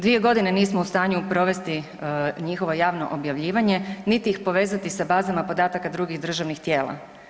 Dvije godine nismo u stanju provesti njihovo javno objavljivanje niti ih povezati sa bazama podataka drugih državnih tijela.